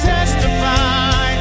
Testify